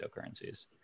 cryptocurrencies